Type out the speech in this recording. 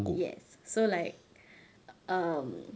yes so like um